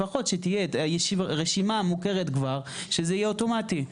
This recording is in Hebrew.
לפחות שתהיה רשימה מוכרת כבר, שזה יהיה אוטומטי.